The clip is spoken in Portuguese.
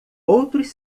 outros